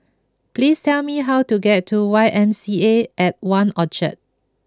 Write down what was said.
please tell me how to get to Y M C A at One Orchard